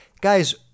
guys